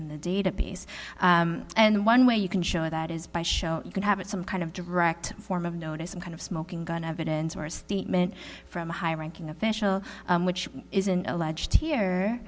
in the database and one way you can show that is by show you can have it some kind of direct form of notice some kind of smoking gun evidence or a statement from a high ranking official which is an alleged here